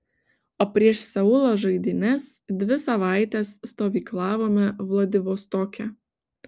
o prieš seulo žaidynes dvi savaites stovyklavome vladivostoke